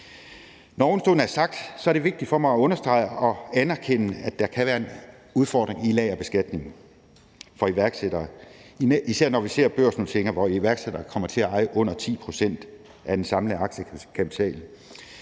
Når ovenstående er sagt, er det vigtigt for mig at understrege og anerkende, at der kan være en udfordring med lagerbeskatning for iværksættere, især når vi ser børsnoteringer, hvor iværksættere kommer til at eje under 10 pct. af den samlede aktiekapital.